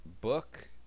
book